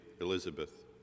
Elizabeth